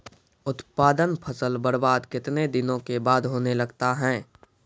उत्पादन फसल बबार्द कितने दिनों के बाद होने लगता हैं?